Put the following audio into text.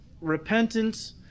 repentance